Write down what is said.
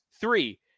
three